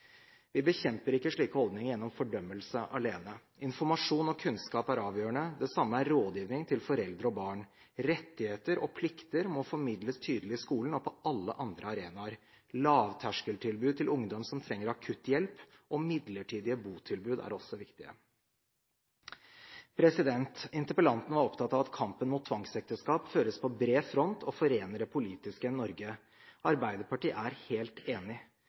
Vi bekjemper ikke slike holdninger gjennom fordømmelse alene. Informasjon og kunnskap er avgjørende. Det samme er rådgivning til foreldre og barn. Rettigheter og plikter må formidles tydelig i skolen og på alle andre arenaer. Lavterskeltilbud til ungdom som trenger akutt hjelp, og midlertidige botilbud er også viktige. Interpellanten var opptatt av at kampen mot tvangsekteskap føres på bred front og forener det politiske Norge. Arbeiderpartiet er helt enig.